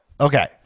okay